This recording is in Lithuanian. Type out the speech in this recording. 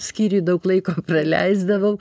skyriuj daug laiko praleisdavau